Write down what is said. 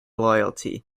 loyalty